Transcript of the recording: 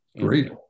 great